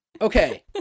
Okay